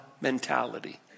mentality